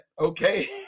okay